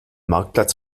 marktplatz